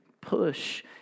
push